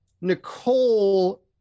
Nicole